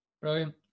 Brilliant